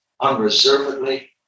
unreservedly